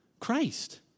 Christ